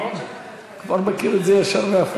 אני כבר מכיר את זה ישר והפוך.